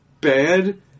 bad